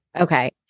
Okay